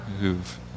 who've